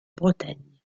bretagne